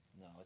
No